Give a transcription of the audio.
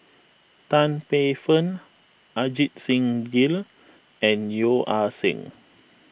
Tan Paey Fern Ajit Singh Gill and Yeo Ah Seng